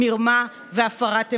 מרמה והפרת אמונים.